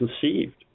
conceived